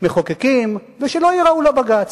מחוקקים, ושלא ייראו לבג"ץ,